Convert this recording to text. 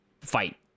fight